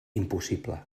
impossible